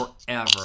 forever